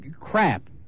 crap